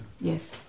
Yes